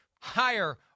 higher